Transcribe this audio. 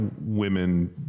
women